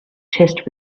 chest